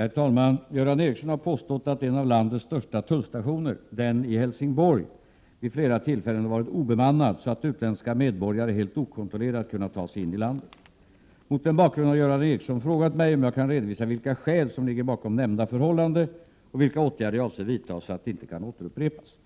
Herr talman! Göran Ericsson har påstått att en av landets största tullstationer — den i Helsingborg — vid flera tillfällen har varit obemannad så att utländska medborgare helt okontrollerat kunnat ta sig in i landet. Mot den bakgrunden har Göran Ericsson frågat mig om jag kan redovisa vilka skäl som ligger bakom nämnda förhållande och vilka åtgärder jag avser vidta så att detta inte kan återupprepas.